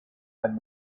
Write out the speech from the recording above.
and